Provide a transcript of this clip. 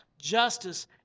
justice